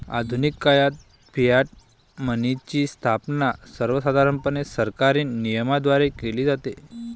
आधुनिक काळात फियाट मनीची स्थापना सर्वसाधारणपणे सरकारी नियमनाद्वारे केली जाते